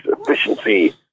efficiency